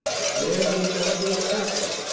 the command went down to a captain,